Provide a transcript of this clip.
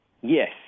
Yes